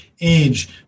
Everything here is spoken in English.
age